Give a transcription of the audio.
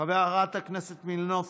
חברת הכנסת מלינובסקי,